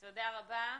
תודה רבה.